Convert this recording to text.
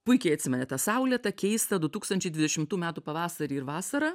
puikiai atsimeni tą saulėtą keistą du tūkstančiai dvidešimtų metų pavasarį ir vasarą